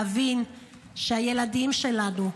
להבין שהילדים שלנו,